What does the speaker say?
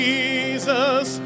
Jesus